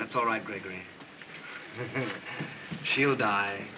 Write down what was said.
that's all right gregory she will die